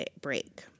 break